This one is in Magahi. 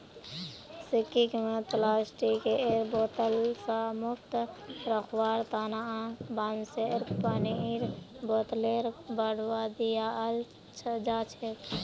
सिक्किमत प्लास्टिकेर बोतल स मुक्त रखवार तना बांसेर पानीर बोतलेर बढ़ावा दियाल जाछेक